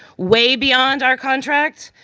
way beyond our contract.